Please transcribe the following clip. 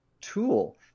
tool